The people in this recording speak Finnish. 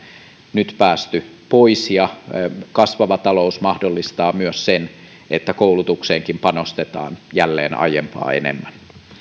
nyt päästy pois kasvava talous mahdollistaa myös sen että koulutukseenkin panostetaan jälleen aiempaa enemmän